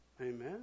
Amen